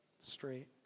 straight